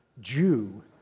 Jew